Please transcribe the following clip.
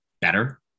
better